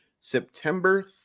September